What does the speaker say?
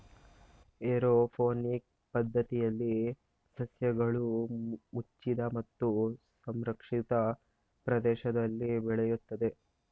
aeroponic ಪದ್ಧತಿಯಲ್ಲಿ ಸಸ್ಯಗಳು ಮುಚ್ಚಿದ ಮತ್ತು ಸಂರಕ್ಷಿತ ಪ್ರದೇಶದಲ್ಲಿ ಬೆಳೆಯುತ್ತದೆ